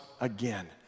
again